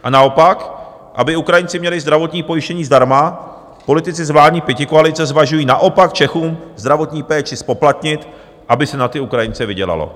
A naopak, aby Ukrajinci měli zdravotní pojištění zdarma, politici z vládní pětikoalice zvažují naopak Čechům zdravotní péči zpoplatnit, aby se na ty Ukrajince vydělalo.